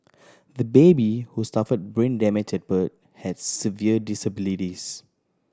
the baby who suffered brain damage at birth has severe disabilities